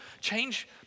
change